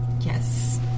Yes